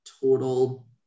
total